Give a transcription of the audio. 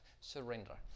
surrender